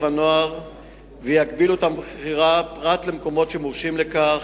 הנוער ויגבילו את המכירה למקומות שמורשים לכך.